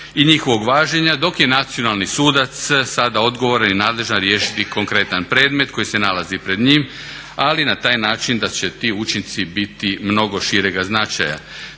i njihovog važenja dok je nacionalni sudac sada odgovoran i nadležan riješiti konkretan predmet koji se nalazi pred njim ali na taj način da će ti učinci biti mnogo širega značaja.